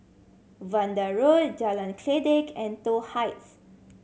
Vanda Road Jalan Kledek and Toh Heights